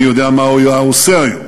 אינני יודע מה הוא היה עושה היום.